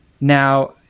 now